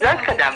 לא התקדמנו.